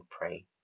pray